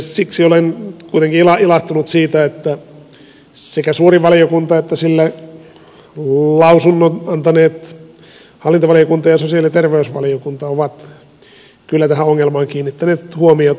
siksi olen kuitenkin ilahtunut siitä että sekä suuri valiokunta että sille lausunnon antaneet hallintovaliokunta ja sosiaali ja terveysvaliokunta ovat kyllä tähän ongelmaan kiinnittäneet huomiota